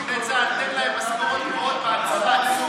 קציני צה"ל, תן להם משכורות גבוהות בהתחלה.